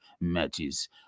matches